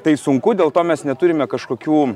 tai sunku dėl to mes neturime kažkokių